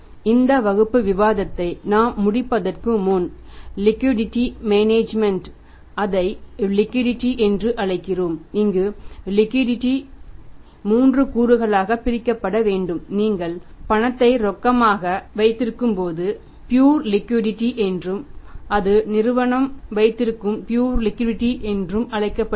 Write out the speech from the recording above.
இந்த வகுப்பு விவாதத்தை நாம் முடிப்பதற்கு முன் லிக்விடிடீ மேனேஜ்மென்ட் என்று அழைக்கப்படுகிறது